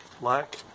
black